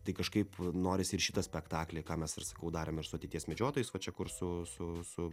tai kažkaip norisi ir šitą spektaklį ką mes ir sakau darėm ir su ateities medžiotojais va čia kur su su su